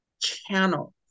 Channel